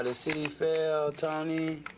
and city fell, tony?